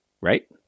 Right